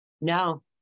no